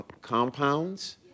compounds